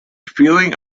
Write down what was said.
feeling